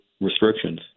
restrictions